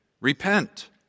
Repent